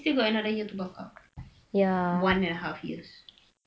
he still got another year to buck up one and a half years